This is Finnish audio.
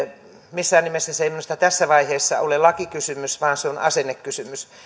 missään nimessä se ei minusta tässä vaiheessa ole lakikysymys vaan se on asennekysymys